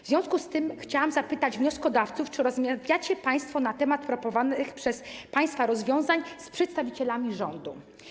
W związku z tym chciałam zapytać wnioskodawców: Czy rozmawiacie państwo na temat proponowanych przez państwa rozwiązań z przedstawicielami rządu?